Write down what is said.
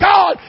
God